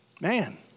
Man